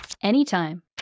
anytime